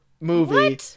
movie